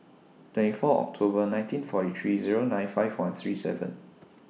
twenty four October nineteen forty three Zero nine five one three seven